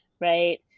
right